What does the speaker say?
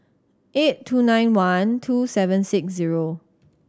eight two nine one two seven six zero